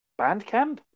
Bandcamp